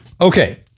Okay